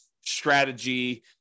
strategy